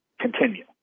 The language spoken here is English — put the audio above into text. continue